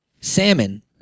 salmon